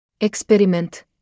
Experiment